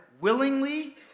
willingly